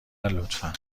لطفا